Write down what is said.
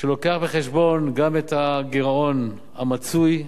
שמביא בחשבון גם את הגירעון המצוי,